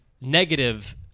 negative